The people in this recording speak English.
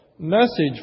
Message